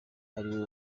ariwe